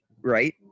right